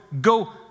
go